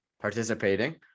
participating